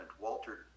Walter